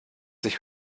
sich